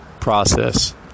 process